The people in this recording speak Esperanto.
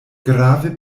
grave